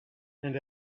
and